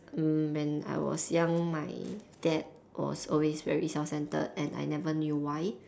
mm when I was young my dad was always very self centred and I never knew why